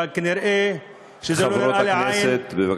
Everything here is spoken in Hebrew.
אבל כנראה, זה לא נראה לעין, חברות הכנסת, בבקשה.